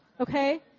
okay